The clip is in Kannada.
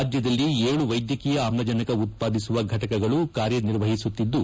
ರಾಜ್ಯದಲ್ಲಿ ಏಳು ವೈದ್ಯಕೀಯ ಆಮ್ಲಜನಕ ಉತ್ಪಾದಿಸುವ ಘಟಕಗಳು ಕಾರ್ಯನಿರ್ವಹಿಸುತ್ತಿದ್ದು